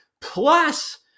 plus